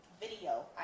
Video